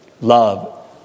love